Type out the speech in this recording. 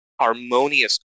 harmonious